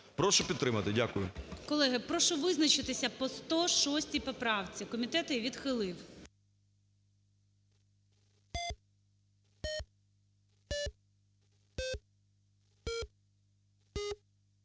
Прошу підтримати. Дякую. ГОЛОВУЮЧИЙ. Колеги, прошу визначитися по 106 поправці, комітет її відхилив.